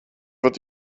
wird